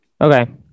Okay